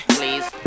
please